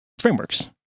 frameworks